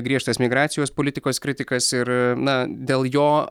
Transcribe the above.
griežtas migracijos politikos kritikas ir na dėl jo